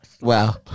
Wow